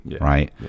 right